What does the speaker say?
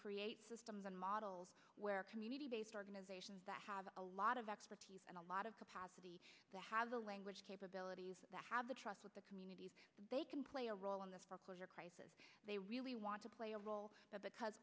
create models where community based organizations that have a lot of expertise and a lot of capacity to have the language capabilities that have the trust with the communities they can play a role in this particular crisis they really want to play a role there because